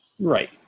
Right